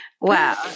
Wow